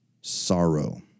sorrow